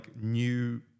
new